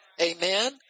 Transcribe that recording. Amen